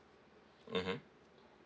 mmhmm